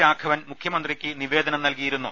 രാഘവൻ മുഖ്യമന്ത്രിക്ക് നിവേദനം നൽകിയിരുന്നു